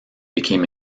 became